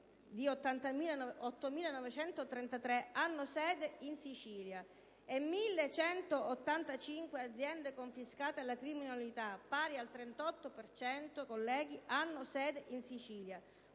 di 8.933) ha sede in Sicilia e 1.185 aziende confiscate alla criminalità, pari al 38 per cento, colleghi, hanno sede in Sicilia.